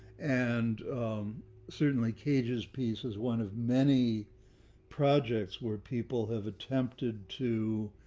and certainly cages peace is one of many projects where people have attempted to